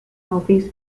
office